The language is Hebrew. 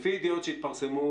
לפי ידיעות שהתפרסמו,